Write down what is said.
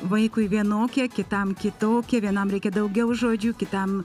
vaikui vienokie kitam kitokie vienam reikia daugiau žodžių kitam